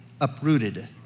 uprooted